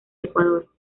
ecuador